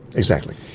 exactly.